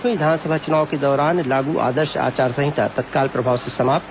प्रदेश में विधानसभा चुनाव के दौरान लागू आदर्श आचार संहिता तत्काल प्रभाव से समाप्त